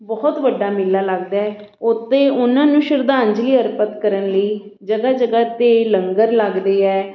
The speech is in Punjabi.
ਬਹੁਤ ਵੱਡਾ ਮੇਲਾ ਲੱਗਦਾ ਉੱਤੇ ਉਹਨਾਂ ਨੂੰ ਸ਼ਰਧਾਂਜਲੀ ਅਰਪਿਤ ਕਰਨ ਲਈ ਜਗ੍ਹਾ ਜਗ੍ਹਾ 'ਤੇ ਲੰਗਰ ਲੱਗਦੇ ਹੈ